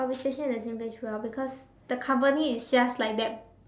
I'll be stationed at the same place throughout because the company is just like that